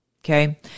Okay